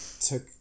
took